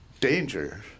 danger